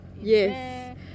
Yes